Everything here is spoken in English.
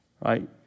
Right